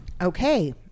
Okay